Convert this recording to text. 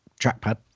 trackpad